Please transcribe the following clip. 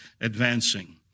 advancing